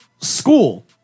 school